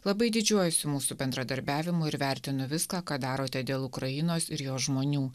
labai didžiuojuosi mūsų bendradarbiavimu ir vertinu viską ką darote dėl ukrainos ir jos žmonių